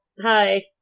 Hi